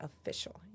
official